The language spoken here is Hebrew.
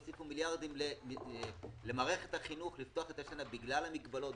הוסיפו מיליארדים למערכת החינוך לפתוח את השנה בגלל המגבלות,